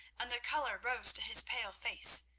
and the colour rose to his pale face.